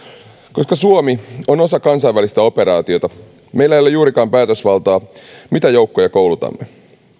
koska suomi on osa kansainvälistä operaatiota meillä ei ole juurikaan päätösvaltaa siihen mitä joukkoja koulutamme